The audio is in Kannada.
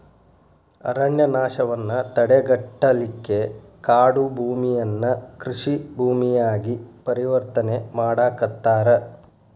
ಅರಣ್ಯನಾಶವನ್ನ ತಡೆಗಟ್ಟಲಿಕ್ಕೆ ಕಾಡುಭೂಮಿಯನ್ನ ಕೃಷಿ ಭೂಮಿಯಾಗಿ ಪರಿವರ್ತನೆ ಮಾಡಾಕತ್ತಾರ